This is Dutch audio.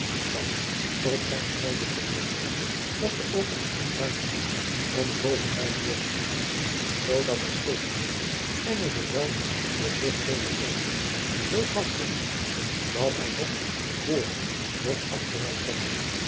dan tot zijne groote teleurstelling was de opening niet ruim genoeg om het bovenlijf door te laten zoodat hij steken bleef en er zich weldra door vruchtelooze pogingen zoo vastwerkte dat hij noch voornoch achteruit konde